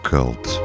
Cult